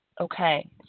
Okay